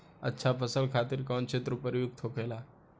अच्छा फसल खातिर कौन क्षेत्र उपयुक्त होखेला?